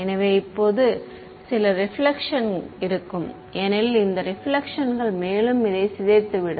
எனவே இப்போது சில ரெபிலேக்ஷன் இருக்கும் ஏனெனில் இந்த ரெபிலேக்ஷன்கள் மேலும் இதை சிதைத்து விடும்